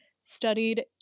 studied